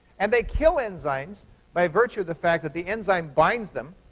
and they kill enzymes by virtue of the fact that the enzyme binds them.